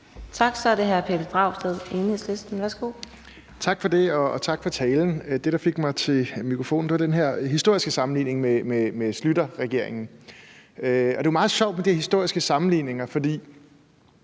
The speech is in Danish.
Tak. Så er det hr. Pelle Dragsted, Enhedslisten. Værsgo. Kl. 10:46 Pelle Dragsted (EL): Tak for det, og tak for talen. Det, der fik mig til mikrofonen, var den her historiske sammenligning med Schlüterregeringen. Det er meget sjovt med de historiske sammenligninger, for